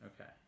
Okay